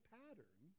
pattern